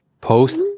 Post